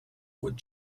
would